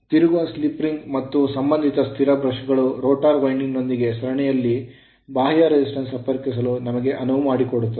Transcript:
ತಿರುಗುವ slip ring ಮತ್ತು ಸಂಬಂಧಿತ ಸ್ಥಿರ ಬ್ರಷ್ ಗಳು rotor ವೈಂಡಿಂಗ್ ನೊಂದಿಗೆ ಸರಣಿಯಲ್ಲಿ ಬಾಹ್ಯ resistance ಸಂಪರ್ಕಿಸಲು ನಮಗೆ ಅನುವು ಮಾಡಿಕೊಡುತ್ತದೆ